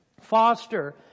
foster